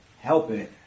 helping